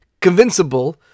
convincible